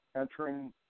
entering